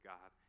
God